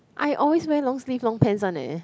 I always wear long sleeve long pants one leh